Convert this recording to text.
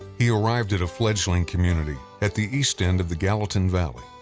he arrived at a fledging community at the east end of the gallatin valley.